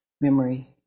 memory